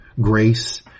grace